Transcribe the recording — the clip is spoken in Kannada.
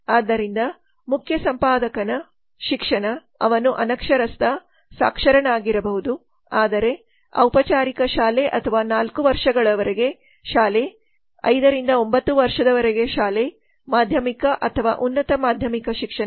ಆದ್ದರಿಂದ ಮುಖ್ಯ ಸಂಪಾದಕನ ಮುಖ್ಯ ಸಂಪಾದಕ ಶಿಕ್ಷಣ ಅವನು ಅನಕ್ಷರಸ್ಥ ಸಾಕ್ಷರನಾಗಿರಬಹುದು ಆದರೆ ಪಚಾರಿಕ ಶಾಲೆ ಅಥವಾ 4 ವರ್ಷಗಳವರೆಗೆ ಶಾಲೆ ಶಾಲೆ 5 ರಿಂದ 9 ವರ್ಷ ಮಾಧ್ಯಮಿಕ ಅಥವಾ ಉನ್ನತ ಮಾಧ್ಯಮಿಕ ಶಿಕ್ಷಣ